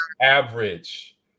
average